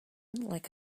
like